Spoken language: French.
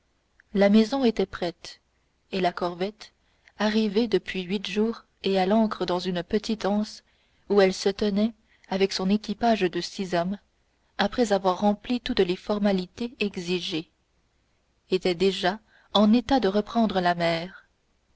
la maison était prête et la corvette arrivée depuis huit jours et à l'ancre dans une petite anse où elle se tenait avec son équipage de six hommes après avoir rempli toutes les formalités exigées était déjà en état de reprendre la mer